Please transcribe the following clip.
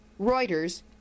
Reuters